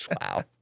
Wow